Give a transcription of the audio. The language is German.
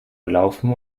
gelaufen